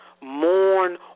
mourn